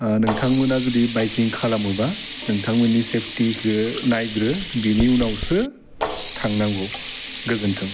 नोंथांमोनहा जुदि बाइकिं खालामोबा नोंथांमोननि सेपटिखो नायग्रो बिनि उनावसो थांनांगौ गोजोन्थों